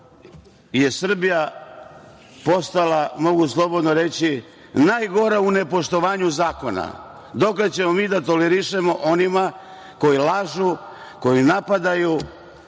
je postala, mogu slobodno reći, najgora u nepoštovanju zakona. Dokle ćemo mi da tolerišemo onima koji lažu, koji napadaju